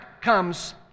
comes